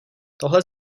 tohle